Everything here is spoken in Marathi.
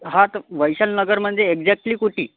हां तर वैशाली नगरमध्ये एक्झॅक्टली कुठे